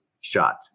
shot